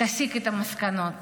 תסיק את המסקנות.